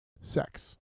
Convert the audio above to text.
Sex